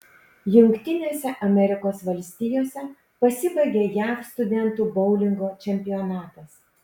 jungtinėse amerikos valstijose pasibaigė jav studentų boulingo čempionatas